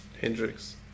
Hendrix